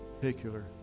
particular